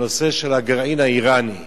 הנושא של הגרעין האירני.